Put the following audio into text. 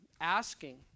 asking